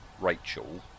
Rachel